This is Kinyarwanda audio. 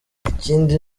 ikindi